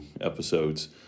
episodes